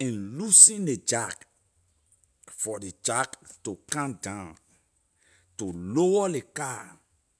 and loosen ley jack for ley jack to come down to lower ley car